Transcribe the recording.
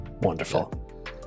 wonderful